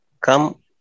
come